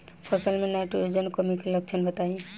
फसल में नाइट्रोजन कमी के लक्षण बताइ?